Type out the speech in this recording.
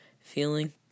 feeling